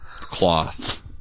cloth